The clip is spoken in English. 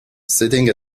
sitting